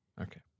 Okay